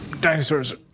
Dinosaurs